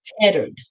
tethered